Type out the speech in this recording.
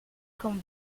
con